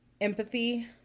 empathy